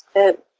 it